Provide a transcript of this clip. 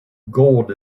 gold